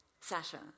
Sasha